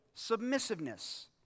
Submissiveness